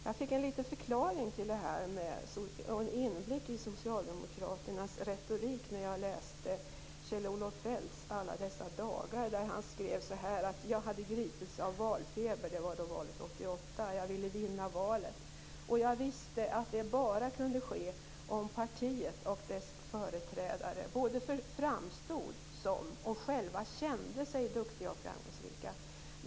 Jag fick en liten förklaring till det här och en inblick i socialdemokraternas retorik när jag läste Kjell Jag hade gripits av valfeber - det var då valet 1988. Jag ville vinna valet, och jag visste att det bara kunde ske om partiet och dess företrädare både framstod som och själva kände sig duktiga och framgångsrika.